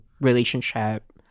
relationship